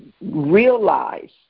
realize